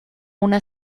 una